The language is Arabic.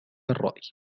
الرأي